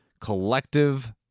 Collective